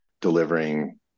delivering